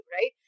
right